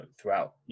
throughout